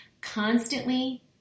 constantly